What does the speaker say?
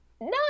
No